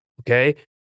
okay